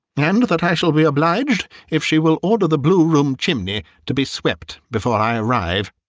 and that i shall be obliged if she will order the blue-room chimney to be swept before i arrive.